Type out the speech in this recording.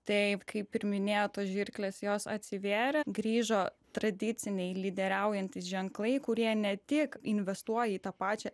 taip kaip ir minėjot tos žirkles jos atsivėrė grįžo tradiciniai lyderiaujantys ženklai kurie ne tik investuoja į tą pačią